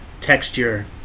texture